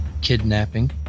kidnapping